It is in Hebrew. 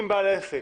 אם בעל עסק